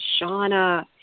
shauna